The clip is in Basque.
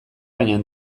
baina